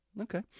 Okay